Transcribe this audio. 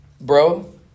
bro